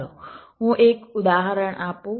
ચાલો હું એક ઉદાહરણ આપું